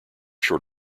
short